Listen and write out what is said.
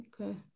okay